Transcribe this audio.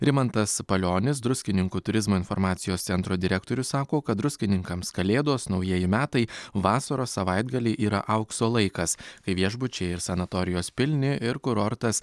rimantas palionis druskininkų turizmo informacijos centro direktorius sako kad druskininkams kalėdos naujieji metai vasaros savaitgaliai yra aukso laikas kai viešbučiai ir sanatorijos pilni ir kurortas